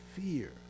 fear